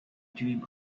dream